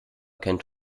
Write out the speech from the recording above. kennt